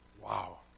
Wow